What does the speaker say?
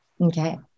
Okay